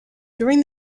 during